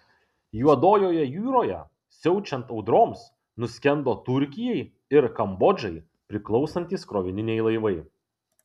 juodojoje jūroje siaučiant audroms nuskendo turkijai ir kambodžai priklausantys krovininiai laivai